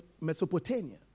Mesopotamia